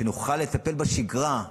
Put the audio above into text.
שנוכל לטפל בשגרה,